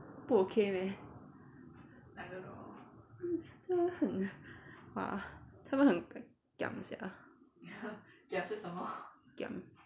不 okay meh 很 !wah! 他们很 giam sia giam